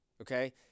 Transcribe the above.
okay